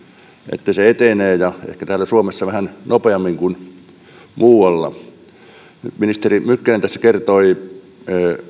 että se etenee ja ehkä täällä suomessa vähän nopeammin kuin muualla nyt ministeri mykkänen tässä kertoi